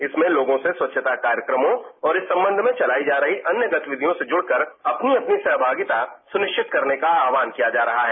इसमें लोगों से स्वच्छता कार्यक्रमों और इस सम्बंध में चलायी जा रही अन्य गतिविधियों से जुड़ कर अपनी अपनी सहमागिता सुनिश्चित करने का आहवान किया जा रहा है